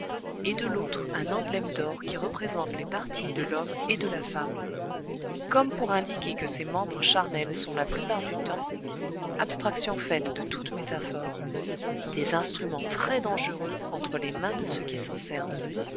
et de l'autre un emblème d'or qui représente les parties de l'homme et de la femme comme pour indiquer que ces membres charnels sont la plupart du temps abstraction faite de toute métaphore des instruments très dangereux entre les mains de ceux qui s'en servent